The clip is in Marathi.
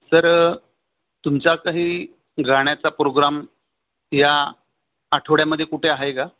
सर तुमचा काही गाण्याचा प्रोग्राम या आठवड्यामध्ये कुठे आहे का